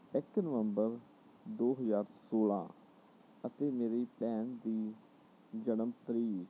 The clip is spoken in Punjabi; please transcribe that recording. ਇੱਕ ਨਵੰਬਰ ਦੋ ਹਜ਼ਾਰ ਸੋਲ਼੍ਹਾਂ ਅਤੇ ਮੇਰੀ ਭੈਣ ਦੀ ਜਨਮ ਤਰੀਕ